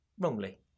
wrongly